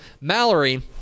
mallory